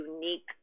unique